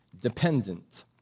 dependent